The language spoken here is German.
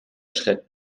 schritt